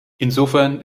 insofern